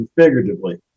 figuratively